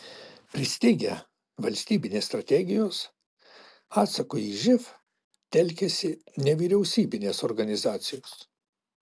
pristigę valstybinės strategijos atsakui į živ telkiasi nevyriausybinės organizacijos